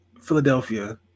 Philadelphia